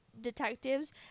detectives